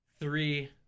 Three